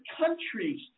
countries